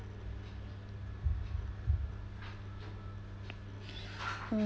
mm